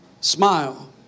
smile